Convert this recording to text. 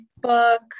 book